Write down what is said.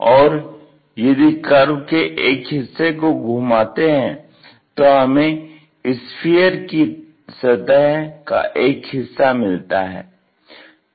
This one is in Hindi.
और यदि कर्व के एक हिस्से को घुमाते है तो हमें स्फीयर की सतह का एक हिस्सा मिलता है